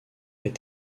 est